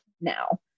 now